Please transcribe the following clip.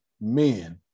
men